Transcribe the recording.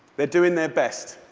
they're doing their best.